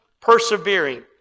persevering